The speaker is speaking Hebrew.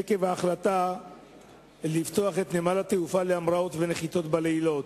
כי עקב ההחלטה לפתוח את נמל התעופה להמראות ונחיתות בלילות,